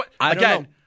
again